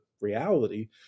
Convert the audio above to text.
reality